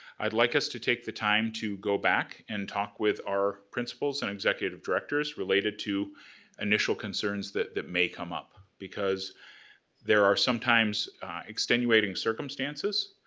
i'd like us to take the time to go back and talk with our principals principals and executive directors related to initial concerns that that may come up. because there are some times extenuating circumstances.